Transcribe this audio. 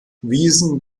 wiesen